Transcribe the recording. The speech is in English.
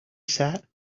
sat